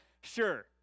sure